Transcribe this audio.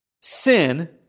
sin